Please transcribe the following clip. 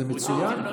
זה מצוין.